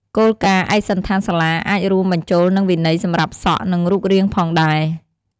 គោលការណ៍ឯកសណ្ឋានសាលាអាចរួមបញ្ចូលនឹងវិន័យសម្រាប់សក់ និងរូបរាងផងដែរ។